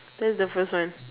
that is the first one